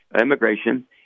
immigration